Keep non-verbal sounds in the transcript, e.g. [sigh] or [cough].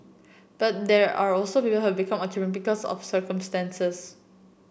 but there are also people who become [unintelligible] because of circumstances